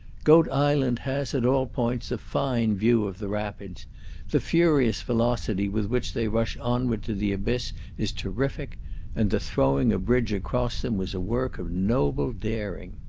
goat island has at all points, a fine view of the rapids the furious velocity with which they rush onward to the abyss is terrific and the throwing a bridge across them was a work of noble daring.